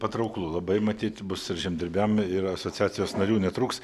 patrauklu labai matyt bus ir žemdirbiam ir asociacijos narių netrūks